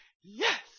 Yes